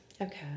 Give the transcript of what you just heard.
Okay